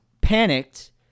panicked